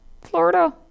Florida